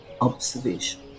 observation